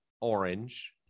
orange